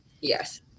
Yes